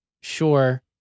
sure